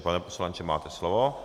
Pane poslanče, máte slovo.